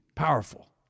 Powerful